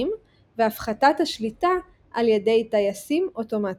והפחתת השליטה על ידי "טייסים אוטומטיים".